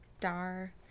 dar